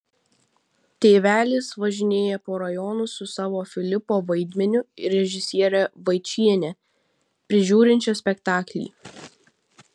tėvelis važinėja po rajonus su savo filipo vaidmeniu ir režisiere vaičiene prižiūrinčia spektaklį